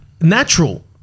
Natural